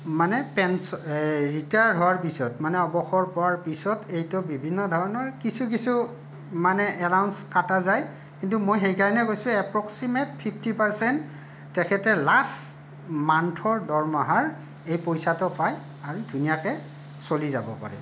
মানে পেঞ্চ এই ৰিটায়াৰ্ড হোৱাৰ পিচত মানে অৱসৰ পোৱাৰ পিছত এইটো বিভিন্ন ধৰণৰ কিছু কিছু মানে এলাউন্স কাটা যায় কিন্তু মই সেইকাৰণে কৈছোঁ এপ্ৰক্সিমেট ফিফ্টি পাৰ্চেণ্ট তেখেতে লাষ্ট মান্থৰ দৰমহাৰ এই পইচাটো পায় আৰু ধুনীয়াকৈ চলি যাব পাৰে